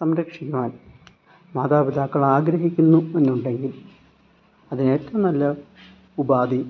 സംരക്ഷിക്കുവാൻ മാതാപിതാക്കളാഗ്രഹിക്കുന്നു എന്നുണ്ടെങ്കിൽ അതിനേറ്റവും നല്ലത് ഉപാധി